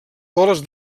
boles